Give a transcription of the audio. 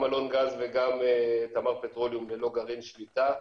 גם אלון גז וגם תמר פטרוליום ללא גרעין שליטה.